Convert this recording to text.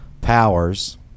powers